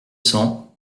cents